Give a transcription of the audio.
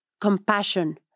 compassion